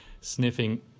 sniffing